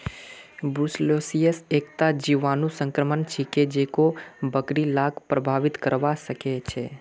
brucellosis एकता जीवाणु संक्रमण छिके जेको बकरि लाक प्रभावित करवा सकेछे